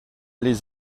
les